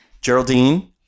Geraldine